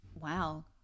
wow